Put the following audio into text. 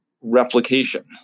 replication